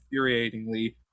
infuriatingly